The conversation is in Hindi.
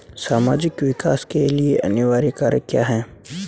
सामाजिक विकास के लिए अनिवार्य कारक क्या है?